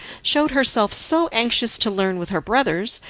showed herself so anxious to learn with her brothers,